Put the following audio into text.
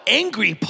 angry